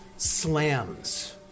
slams